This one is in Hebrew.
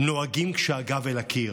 נוהגים כשהגב אל הקיר,